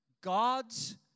God's